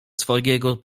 swojego